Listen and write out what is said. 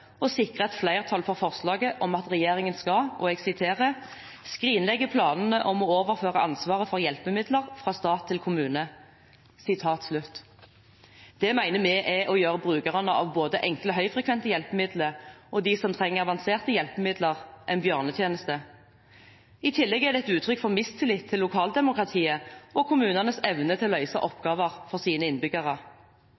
og sikrer flertall for forslaget om at regjeringen skal «skrinlegge planene om å overføre ansvaret for hjelpemidler fra stat til kommune». Det mener vi er å gjøre både brukerne av enkle, høyfrekvente hjelpemidler og de som trenger avanserte hjelpemidler, en bjørnetjeneste. I tillegg er det et uttrykk for mistillit til lokaldemokratiet og kommunenes evne til å